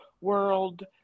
world